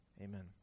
amen